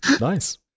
Nice